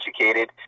educated